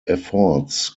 efforts